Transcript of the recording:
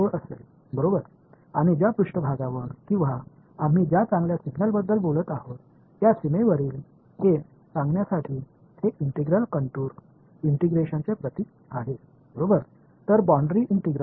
அதன் மேற்பரப்பு அல்லது ஒரு எல்லை நாம் சிறந்த அறிகுறியைப் பற்றி பேசுகிறோம் என்பதை உறுதிப்படுத்திக் கொள்வது என்னவென்றால் இந்த கண்டியூர்ஒருங்கிணைப்பு என்பது ஒருங்கிணைப்பின் அடையாளமாகும்